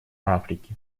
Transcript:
африки